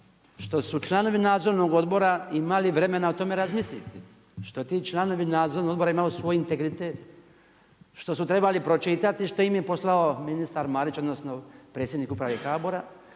što su članovi nadzornog odbor imali vremena o tome razmisliti, što ti članovi nadzornog odbora imaju svoj integritet, što su trebali pročitati što im je poslao ministar Marić odnosno predsjednik Uprave HBOR-a,